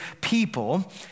people